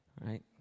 Right